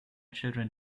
children